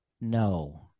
no